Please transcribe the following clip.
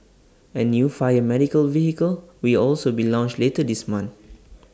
A new fire medical vehicle will also be launched later this month